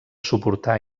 suportar